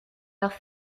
dans